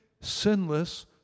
sinless